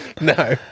No